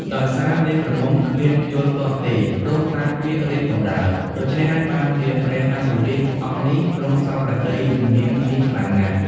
ដោយសារនាងក្រមុំគ្មានយល់ទាស់ទេ ព្រមតាមពាក្យរាជបម្រើ ដូច្នេះហើយបានជាព្រះអនុរាជអង្គនេះ ទ្រង់សព្វព្រះទ័យនឹងនាងនេះខ្លាំងណាស់ ។